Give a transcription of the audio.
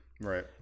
Right